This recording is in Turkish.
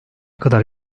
kadar